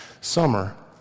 summer